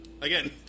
Again